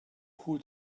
who